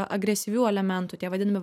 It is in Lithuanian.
agresyvių elementų tie vadinami